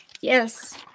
Yes